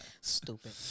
Stupid